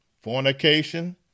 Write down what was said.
fornication